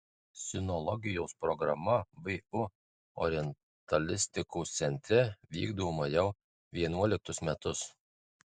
sinologijos programa vu orientalistikos centre vykdoma jau vienuoliktus metus